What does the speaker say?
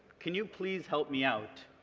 can you please help me out?